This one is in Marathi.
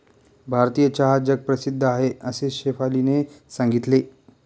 भारतीय चहा जगप्रसिद्ध आहे असे शेफालीने सांगितले